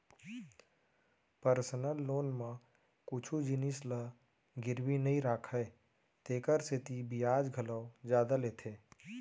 personal loan म कुछु जिनिस ल गिरवी नइ राखय तेकर सेती बियाज घलौ जादा लेथे